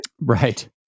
Right